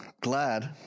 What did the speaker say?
glad